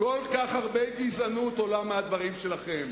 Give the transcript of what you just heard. הרבה גזענות עולה מהדברים שלכם,